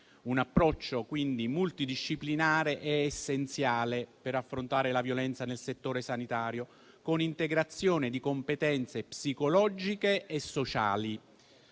Un approccio multidisciplinare è quindi essenziale per affrontare la violenza nel settore sanitario, con integrazione di competenze psicologiche e sociali.